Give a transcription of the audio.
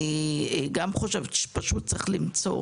אני חושבת שצריך למצוא